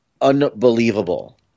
unbelievable